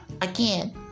again